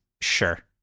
sure